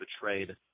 betrayed